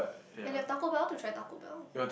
and that Taco Bell to try Taco-Bell